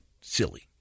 silly